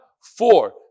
Four